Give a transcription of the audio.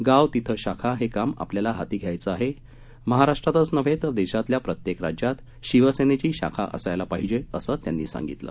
गाव तिथे शाखा हे काम आपल्याला हाती घ्यायचं आहे महाराष्ट्रातच नव्हे तर देशातल्या प्रत्येक राज्यात शिवसेनेची शाखा असायला पाहिजे असं त्यांनी सांगितलं